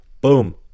Boom